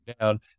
down